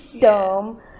term